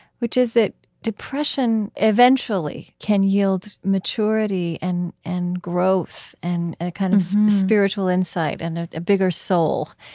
which is that depression, eventually, can yield maturity and and growth and a kind of spiritual insight and ah a bigger soul,